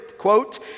Quote